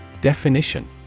Definition